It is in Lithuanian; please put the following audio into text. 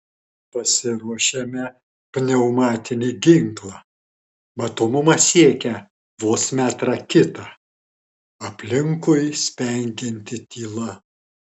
pasiruošiame pneumatinį ginklą matomumas siekia vos metrą kitą aplinkui spengianti tyla